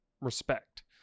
respect